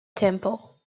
temple